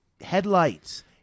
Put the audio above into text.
Headlights